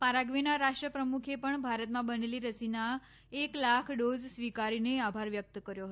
પારાગ્વેના રાષ્ટ્રપ્રમુખે પણ ભારતમાં બનેલી રસીના એક લાખ ડોઝ સ્વીકારીને આભાર વ્યક્ત કર્યો હતો